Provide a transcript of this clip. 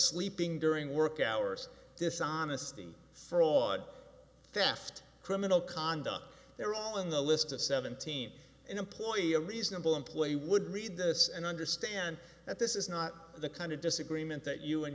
sleeping during work hours dishonesty fraud theft criminal conduct they're all in the list of seventeen employee a reasonable employee would read this and understand that this is not the kind of disagreement that you and